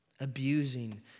abusing